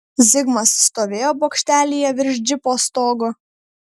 zigmas stovėjo bokštelyje virš džipo stogo